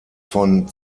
von